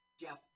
Jeff